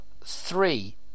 three